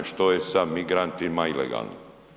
Što je sa migrantima ilegalno?